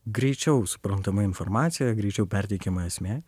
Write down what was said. greičiau suprantama informacija greičiau perteikima esmė